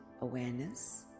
awareness